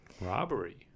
Robbery